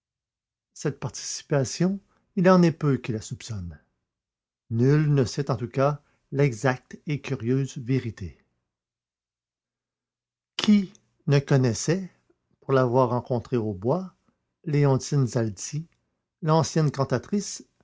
cette participation il en est peu qui la soupçonnent nul ne sait en tout cas l'exacte et curieuse vérité qui ne connaissait pour l'avoir rencontrée au bois léontine zalti l'ancienne cantatrice